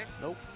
Nope